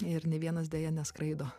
ir nė vienas deja neskraido